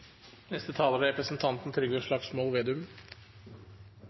Neste taler er